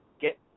get